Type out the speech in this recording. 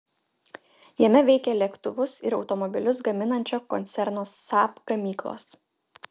jame veikia lėktuvus ir automobilius gaminančio koncerno saab gamyklos